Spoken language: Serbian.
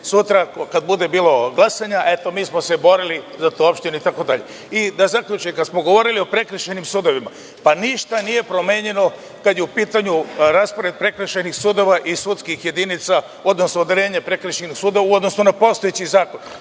sutra kada bude bilo glasanja – eto, mi smo se borili za tu opštinu itd. Da zaključim, kada smo govorili o prekršajnim sudovima, pa ništa nije promenjeno kada je u pitanju raspored prekršajnih sudova i sudskih jedinica, odnosno odeljenje prekršajnih sudova u odnosu na postojeći zakon.